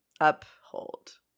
Uphold